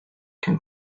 can